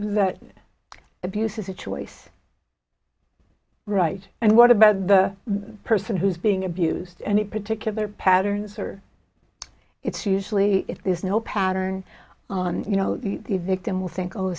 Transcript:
that abuse is a choice right and what about the person who's being abused and in particular patterns or it's usually if there's no pattern you know the victim will think oh